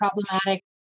problematic